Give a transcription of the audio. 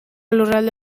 lurralde